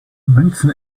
münzen